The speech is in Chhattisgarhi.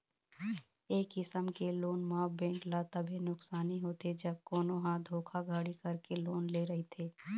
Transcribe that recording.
ए किसम के लोन म बेंक ल तभे नुकसानी होथे जब कोनो ह धोखाघड़ी करके लोन ले रहिथे